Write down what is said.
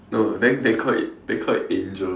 no then then call it then call it angel